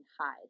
hide